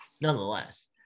nonetheless